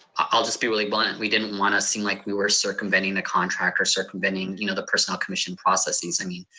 i'll just be really blunt, we didn't wanna seem like we were circumventing the contract, or circumventing you know the personnel commission processes. i mean,